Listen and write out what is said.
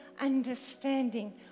understanding